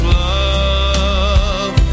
love